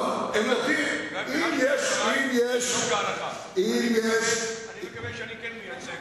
לא, עמדתי אם יש, אני מקווה שאני כן מייצג